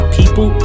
people